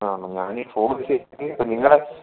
ആണൊ ഞാൻ ഈ ഫോഗ് നിങ്ങളുടെ